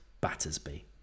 Battersby